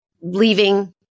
leaving